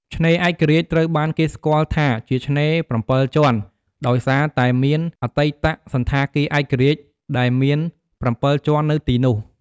ឆ្នេរឯករាជ្យ ត្រូវបានគេស្គាល់ថាជា ឆ្នេរ ៧ ជាន់ ដោយសារតែមានអតីតសណ្ឋាគារឯករាជ្យដែលមាន ៧ ជាន់នៅទីនោះ។